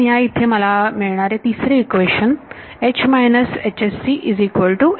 म्हणून या इथे मला मिळणारे तिसरे इक्वेशन असेल